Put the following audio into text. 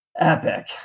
epic